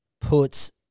Puts